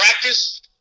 practice